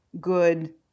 good